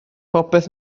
bopeth